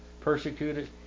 persecuted